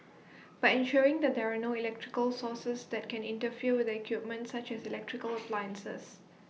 by ensuring that there are no electrical sources that can interfere with the equipment such as electrical appliances